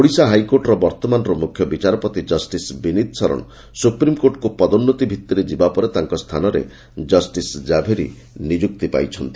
ଓଡ଼ିଶା ହାଇକୋର୍ଟର ବର୍ଭମାନର ମୁଖ୍ୟବିଚାରପତି ଜଷ୍ଟିସ୍ ବିନୀତ ଶରଣ ସୁପ୍ରିମକୋର୍ଟକୁ ପଦୋନ୍ମତି ଭିତ୍ତିରେ ଯିବା ପରେ ତାଙ୍କ ସ୍ତୁାନରେ ଜଷ୍ଟିସ୍ ଜାଭେରୀ ନିଯୁକ୍ତି ପାଇଛନ୍ତି